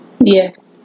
Yes